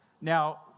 Now